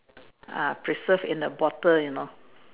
ah preserved in a bottle you know